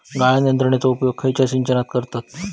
गाळण यंत्रनेचो उपयोग खयच्या सिंचनात करतत?